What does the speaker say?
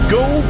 Go